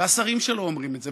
והשרים שלו אומרים את זה,